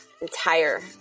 entire